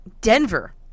Denver